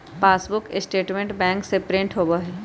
passbook statement bank से print होबा हई